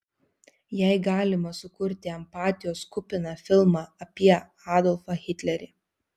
jei galima sukurti empatijos kupiną filmą apie adolfą hitlerį